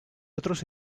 otros